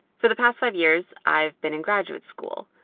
for the past five years, i've been in graduate school.